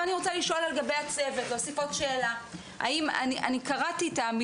אני רוצה לשאול לגבי הצוות, להוסיף עוד שאלה.